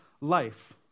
life